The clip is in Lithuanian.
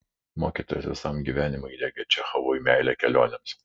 mokytojas visam gyvenimui įdiegė čechovui meilę kelionėms